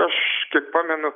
aš tik pamenu